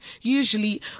usually